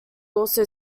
also